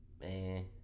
Man